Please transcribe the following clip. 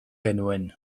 genuen